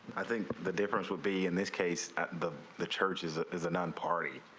i think the difference will be in this case the the church is a is a non party.